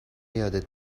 یادت